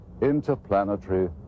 interplanetary